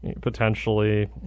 Potentially